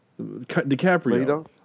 DiCaprio